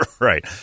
Right